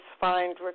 find